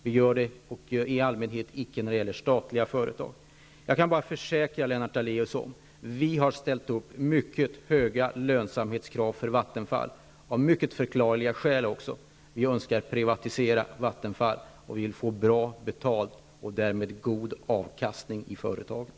Vi gör det i allmänhet icke när det gäller statliga företag. Jag kan försäkra Lennart Daléus att vi har ställt upp mycket höga lönsamhetskrav för Vattenfall av förklarliga skäl -- vi önskar privatisera Vattenfall och vill få bra betalt, och vi vill därför ha en god avkastning i företaget.